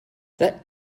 that